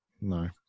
no